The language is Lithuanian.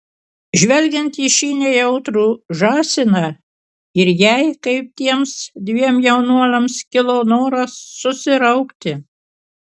žvelgiant į šį nejautrų žąsiną ir jai kaip tiems dviem jaunuoliams kilo noras susiraukti